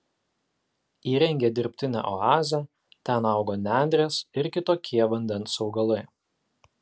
įrengė dirbtinę oazę ten augo nendrės ir kitokie vandens augalai